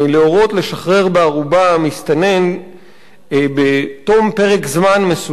לשחרר בערובה מסתנן בתום פרק זמן מסוים,